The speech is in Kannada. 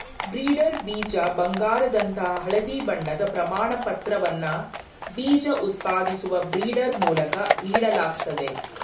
ಬ್ರೀಡರ್ ಬೀಜ ಬಂಗಾರದಂತಹ ಹಳದಿ ಬಣ್ಣದ ಪ್ರಮಾಣಪತ್ರವನ್ನ ಬೀಜ ಉತ್ಪಾದಿಸುವ ಬ್ರೀಡರ್ ಮೂಲಕ ನೀಡಲಾಗ್ತದೆ